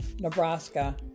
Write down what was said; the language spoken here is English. Nebraska